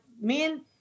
men